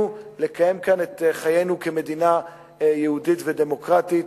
לקיים כאן את חיינו כמדינה יהודית ודמוקרטית,